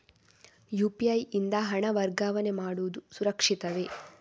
UPI ಯಿಂದ ಹಣ ವರ್ಗಾವಣೆ ಮಾಡುವುದು ಸುರಕ್ಷಿತವೇ?